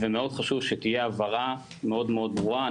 ומאוד חשוב שתהיה הבהרה מאוד מאוד ברורה.